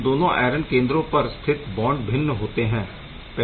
इन दोनों आयरन केंद्रों पर स्थित बॉन्ड भिन्न होते है